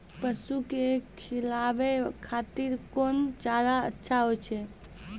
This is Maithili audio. पसु के खिलाबै खातिर कोन चारा अच्छा होय छै?